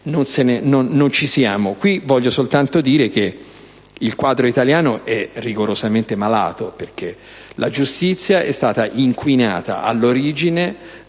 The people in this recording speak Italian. non ci siamo. Voglio soltanto dire in questa sede che il quadro italiano è rigorosamente malato, perché la giustizia è stata inquinata all'origine